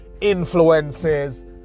influences